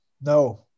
No